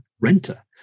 renter